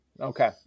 Okay